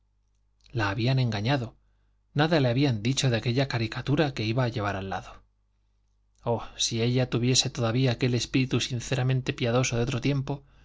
la habían engañado nada le habían dicho de aquella caricatura que iba a llevar al lado oh si ella tuviese todavía aquel espíritu sinceramente piadoso de otro tiempo